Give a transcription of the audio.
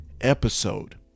episode